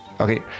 okay